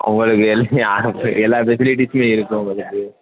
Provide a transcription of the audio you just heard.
உங்களுக்கு யாரும் எல்லா ஃபெசிலிட்டிஸும் இருக்கும் உங்களுக்கு